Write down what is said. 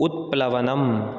उत्प्लवनम्